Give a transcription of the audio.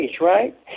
right